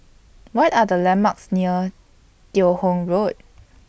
What Are The landmarks near Teo Hong Road